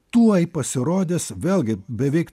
tuoj pasirodys vėlgi beveik